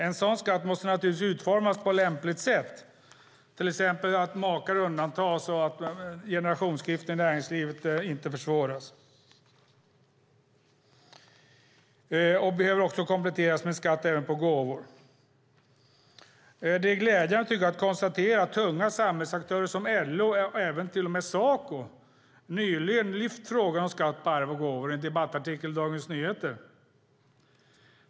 En sådan skatt måste naturligtvis utformas på lämpligt sätt så att makar undantas och så att generationsskiften i näringslivet inte försvåras. Den behöver kompletteras med en skatt på gåvor. Det är glädjande att konstatera att tunga samhällsaktörer som LO och till och med Saco nyligen lyfte frågan om skatt på arv och gåvor i en debattartikel i Dagens Nyheter.